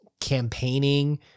campaigning